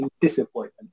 disappointment